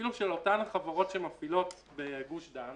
אפילו של אותן חברות שמפעילות בגוש דן